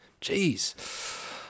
Jeez